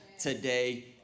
today